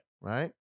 Right